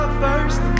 first